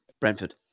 Brentford